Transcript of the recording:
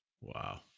wow